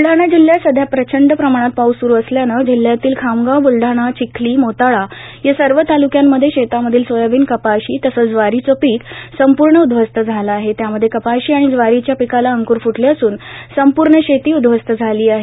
बुलडाणा जिल्ह्यात सध्या प्रचंड प्रमाणात पाऊस सुरू असल्यानं जिल्ह्यातील खामगाव बुलढाणा चिखली मोताळा या सर्व तालुक्यामध्ये शेतामधील सोयाबीन कपाशी तसंच ज्वारीचे पीक संपूर्ण उध्वस्त झाले आहे त्यामध्ये कपाशी आणि ज्वारीच्या पिकाला अंकर फुटले असून संपूर्ण शेती उद्ध्वस्त झाली आहे